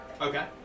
Okay